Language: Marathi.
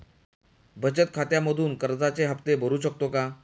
बचत खात्यामधून कर्जाचे हफ्ते भरू शकतो का?